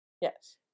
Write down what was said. Yes